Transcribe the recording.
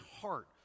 heart